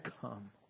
come